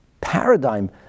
paradigm